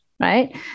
Right